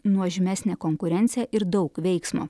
nuožmesnė konkurencija ir daug veiksmo